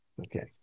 okay